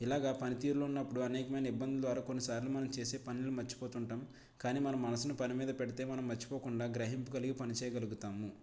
ఇలాగా పనితీరులో ఉన్నప్పుడు అనేకమైన ఇబ్బందులు ద్వారా కొన్నిసార్లు మనం చేసే పనులు మర్చిపోతుంటాం కానీ మన మనసును పని మీద పెడితే మనం మర్చిపోకుండా గ్రహింప కలిగి పని చేయగలుగుతాము